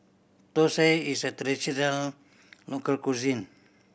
thosai is a traditional local cuisine